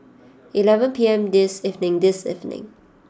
eleven P M this evening this evening